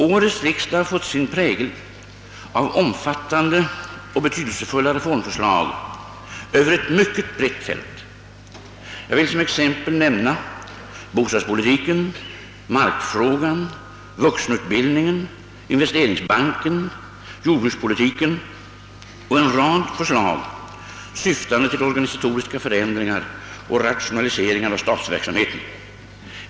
Årets riksdag har fått sin prägel av omfattande och betydelsefulla reformförslag över ett mycket brett fält. Jag vill som exempel nämna bostadspolitiken, markfrågan, vuxenutbildningen, investeringsbanken, jordbrukspolitiken och en rad förslag syftande till organisatoriska förändring ar och rationaliseringar av statsverksamheten.